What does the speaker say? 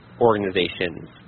organizations